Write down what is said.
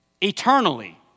Eternally